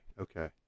Okay